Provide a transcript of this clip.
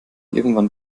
irgendwann